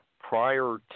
prior